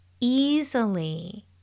easily